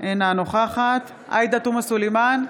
אינה נוכחת עאידה תומא סלימאן,